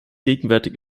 gegenwärtig